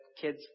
kids